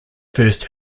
first